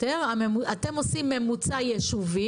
יותר ואתה עושה את זה רק בממוצע היישובי.